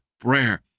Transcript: prayer